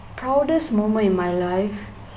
proudest moment in my life